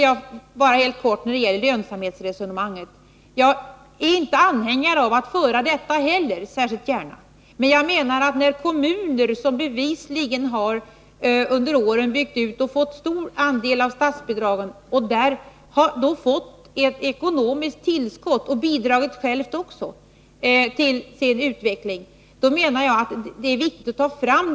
Jag är inte någon anhängare av lönsamhetsresonemanget, och jag vill inte särskilt gärna föra det. Men det är viktigt att ta fram de kommuner som under åren bevisligen har byggt ut barnomsorgen och som fått en stor andel av statsbidragen. De har därigenom fått ett ekonomiskt tillskott, även om de naturligtvis själva också har bidragit till utvecklingen.